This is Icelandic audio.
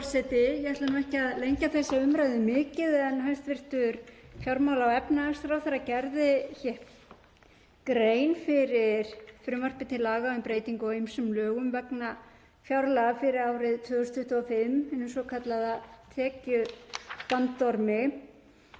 Ég ætla ekki að lengja þessa umræðu mikið en hæstv. fjármála- og efnahagsráðherra gerði hér grein fyrir frumvarpi til laga um breytingu á ýmsum lögum vegna fjárlaga fyrir árið 2025, hinum svokallaða tekjubandormi,